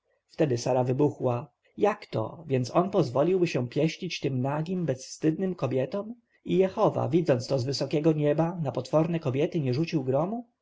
wówczas sara wybuchła jakto więc on pozwoliłby się pieścić tym nagim bezwstydnym kobietom i jehowa widząc to z wysokiego nieba na potworne kobiety nie rzuciłby gromu